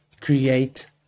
create